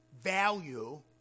value